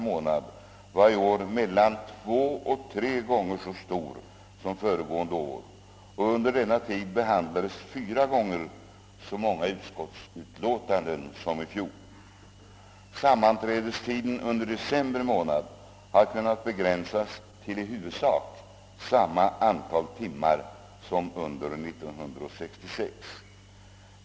månad var i år mellan två och tre gånger så stort som före gående år, och under denna tid behandlades fyra gånger så många utskottsutlåtanden som i fjol. Sammanträdestiden under december månad har kunnat begränsas till i huvudsak samma antal timmar som under 1966.